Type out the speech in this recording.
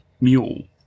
Mule